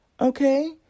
okay